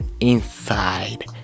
inside